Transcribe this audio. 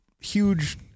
huge